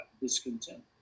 discontent